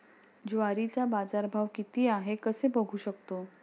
ज्वारीचा बाजारभाव किती आहे कसे बघू शकतो?